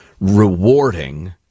rewarding